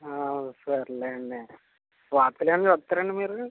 సర్లేండి వార్తలేమైన చూస్తారా అండి మీరు